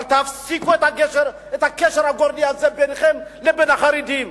אבל תפסיקו את הקשר הגורדי הזה ביניכם לבין החרדים.